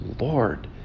lord